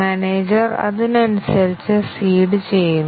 manager അതിനനുസരിച്ചു seed ചെയ്യുന്നു